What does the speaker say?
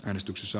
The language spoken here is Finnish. äänestyksessä